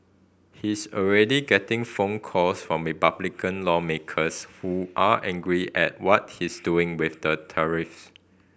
he's already getting phone calls from Republican lawmakers who are angry at what he's doing with the tariff